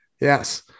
Yes